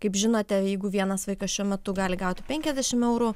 kaip žinote jeigu vienas vaikas šiuo metu gali gauti penkiasdešim eurų